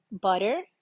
butter